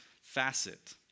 facet